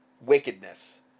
Wickedness